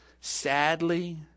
Sadly